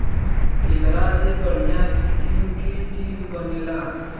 एकरा से बढ़िया किसिम के चीज बनेला